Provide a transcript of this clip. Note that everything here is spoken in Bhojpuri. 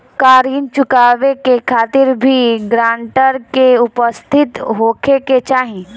का ऋण चुकावे के खातिर भी ग्रानटर के उपस्थित होखे के चाही?